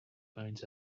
finds